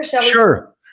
Sure